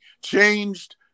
changed